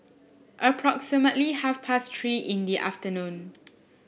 approximately half past Three in the afternoon